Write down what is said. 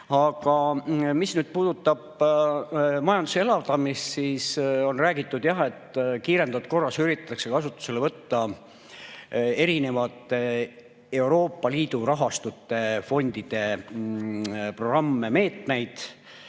selline. Mis puudutab nüüd majanduse elavdamist, siis on räägitud, et kiirendatud korras üritatakse kasutusele võtta erinevate Euroopa Liidu rahastute, fondide programme ja meetmeid.